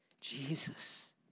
Jesus